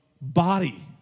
body